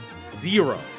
zero